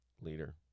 leader